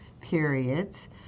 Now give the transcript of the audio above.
periods